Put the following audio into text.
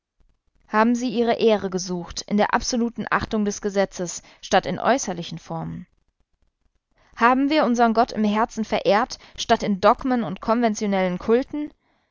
haben sie ihre ehre gesucht in der absoluten achtung des gesetzes statt in äußerlichen formen haben wir unsern gott im herzen verehrt statt in dogmen und konventionellen